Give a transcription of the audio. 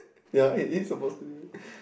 yea it is suppose to be